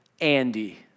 Andy